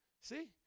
See